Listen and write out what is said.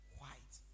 White